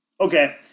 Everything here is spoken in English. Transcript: Okay